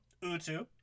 Utu